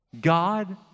God